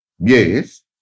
Yes